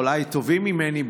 אולי טובים ממני,